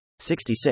66